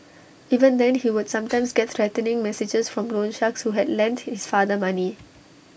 even then he would sometimes get threatening messages from loan sharks who had lent his father money